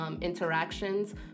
interactions